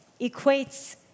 equates